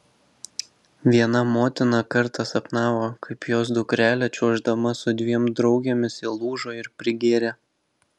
viena motina kartą sapnavo kaip jos dukrelė čiuoždama su dviem draugėmis įlūžo ir prigėrė